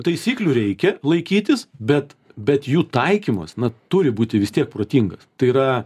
taisyklių reikia laikytis bet bet jų taikymas na turi būti vis tiek protingas tai yra